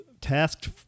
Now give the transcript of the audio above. tasked